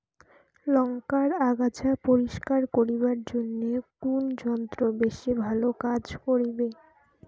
লংকার আগাছা পরিস্কার করিবার জইন্যে কুন যন্ত্র বেশি ভালো কাজ করিবে?